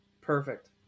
perfect